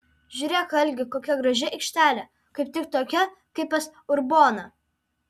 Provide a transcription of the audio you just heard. žiūrėk algi kokia graži aikštelė kaip tik tokia kaip pas urboną